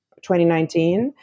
2019